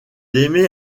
émet